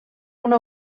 una